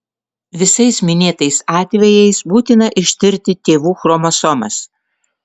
visais minėtais atvejais būtina ištirti tėvų chromosomas